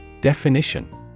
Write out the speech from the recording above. Definition